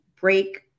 break